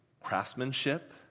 craftsmanship